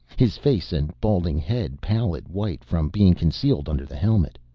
his face and balding head pallid white from being concealed under the helmet.